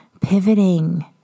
pivoting